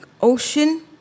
Ocean